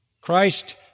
Christ